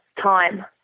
time